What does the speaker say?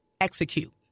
execute